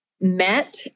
met